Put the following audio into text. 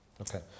Okay